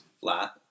flat